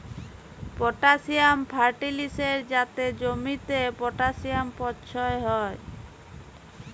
potassium ফার্টিলিসের যাতে জমিতে পটাসিয়াম পচ্ছয় হ্যয়